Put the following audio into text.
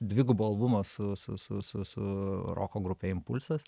dvigubo albumo su su su su roko grupe impulsas